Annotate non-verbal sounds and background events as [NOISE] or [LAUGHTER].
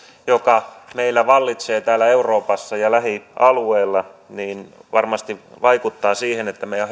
joka meillä vallitsee täällä euroopassa ja lähialueilla varmasti vaikuttaa siihen että meidän [UNINTELLIGIBLE]